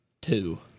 two